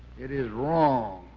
it is wrong,